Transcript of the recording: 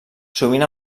sovint